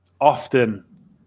often